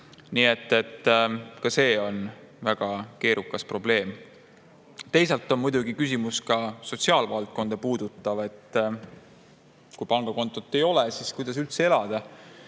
Nii et ka see on väga keerukas probleem. Teisalt puudutab küsimus muidugi ka sotsiaalvaldkonda. Kui pangakontot ei ole, siis kuidas üldse elada?